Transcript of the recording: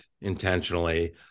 intentionally